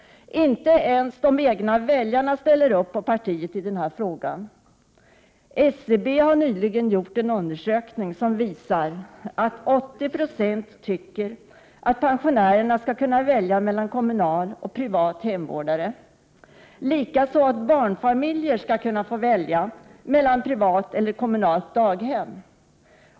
Inte ens de egna väljarna ställer upp på partiet i denna fråga. SCB har nyligen gjort en undersökning som visar att 80 9 tycker att pensionärer skall kunna välja mellan kommunal och privat hemvårdare, likaså att barnfamiljer skall kunna välja mellan privat eller kommunalt daghem.